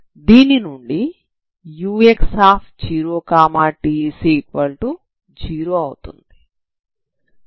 దీని నుండి ux0t0 అవుతుంది